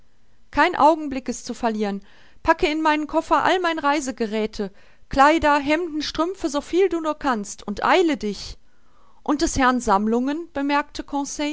kein augenblick ist zu verlieren packe in meinen koffer all mein reisegeräthe kleider hemden strümpfe so viele du nur kannst und eile dich und des herrn sammlungen bemerkte